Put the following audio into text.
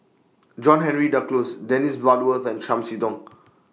John Henry Duclos Dennis Bloodworth and Chiam See Tong